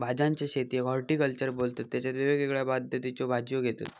भाज्यांच्या शेतीयेक हॉर्टिकल्चर बोलतत तेच्यात वेगवेगळ्या पद्धतीच्यो भाज्यो घेतत